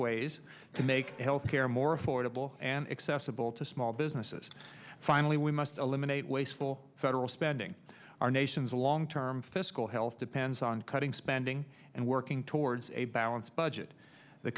ways to make health care more affordable and accessible to small businesses finally we must eliminate wasteful federal spending our nation's long term fiscal health depends on cutting spending and working towards a balanced budget the